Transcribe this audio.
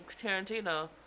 Tarantino